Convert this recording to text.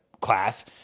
class